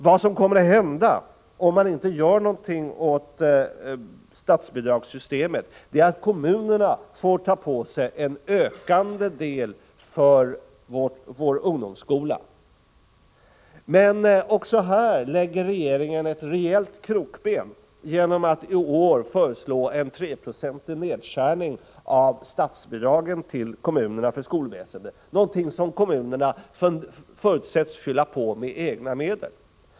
Vad som kommer att hända om man inte gör någonting åt statsbidragssystemet är att kommunerna får ta på sig en ökande del av ansvaret för vår ungdomsskola. Men också här lägger regeringen ett rejält krokben genom att i år föreslå en 3-procentig nedskärning av statsbidragen till kommunerna för skolväsendet, någonting som kommunerna förutsätts fylla på med egna medel.